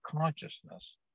consciousness